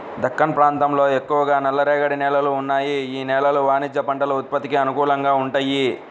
దక్కన్ ప్రాంతంలో ఎక్కువగా నల్లరేగడి నేలలు ఉన్నాయి, యీ నేలలు వాణిజ్య పంటల ఉత్పత్తికి అనుకూలంగా వుంటయ్యి